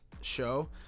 show